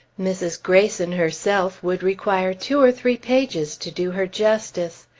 mrs. greyson herself would require two or three pages to do her justice.